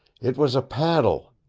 it was a paddle!